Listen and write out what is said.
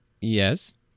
yes